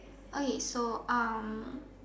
okay so um